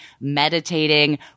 meditating